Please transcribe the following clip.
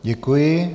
Děkuji.